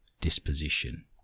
disposition